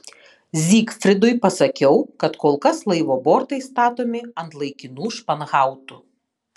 zygfridui pasakiau kad kol kas laivo bortai statomi ant laikinų španhautų